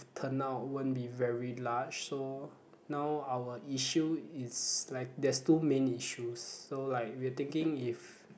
turn out won't be very large so now our issue is like there's two main issues so like we are thinking if